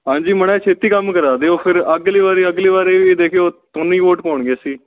ਹਾਂਜੀ ਮਾੜਾ ਜਾ ਛੇਤੀ ਕੰਮ ਕਰਾ ਦਿਓ ਫਿਰ ਅੱਗਲੀ ਵਾਰੀ ਅੱਗਲੀ ਵਾਰੀ ਵੀ ਦੇਖਿਓ ਤੁਹਾਨੂੰ ਹੀ ਵੋਟ ਪਾਓਣੀ ਅਸੀਂ